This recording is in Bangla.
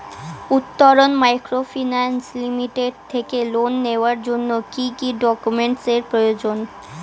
উত্তরন মাইক্রোফিন্যান্স লিমিটেড থেকে লোন নেওয়ার জন্য কি কি ডকুমেন্টস এর প্রয়োজন?